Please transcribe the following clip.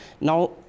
Now